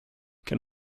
can